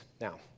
Now